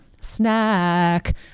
snack